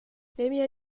memia